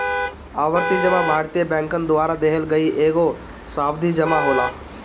आवर्ती जमा भारतीय बैंकन द्वारा देहल गईल एगो सावधि जमा होला